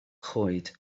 choed